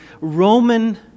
Roman